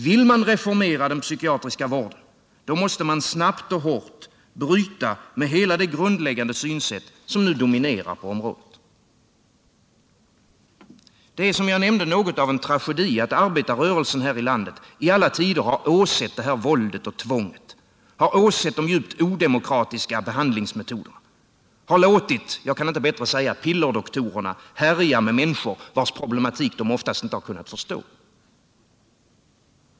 Vill man reformera den psykiatriska vården måste man snabbt och hårt bryta med hela det grundläggande synsätt som nu dominerar på området. Det är som jag nämnde något av en tragedi att arbetarrörelsen här i landet i alla tider har åsett detta våld och tvång, åsett de djupt odemokratiska behandlingsmetoderna, har låtit — jag kan inte bättre säga — pillerdoktorerna härja med människor, vilkas problematik de oftast inte har kunnat förstå.